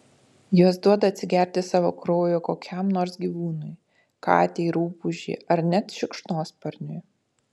jos duoda atsigerti savo kraujo kokiam nors gyvūnui katei rupūžei ar net šikšnosparniui